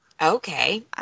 okay